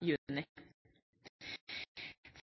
juni.